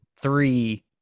three